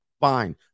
fine